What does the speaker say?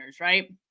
right